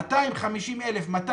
250,000 תושבים,